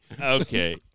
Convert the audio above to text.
Okay